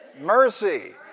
mercy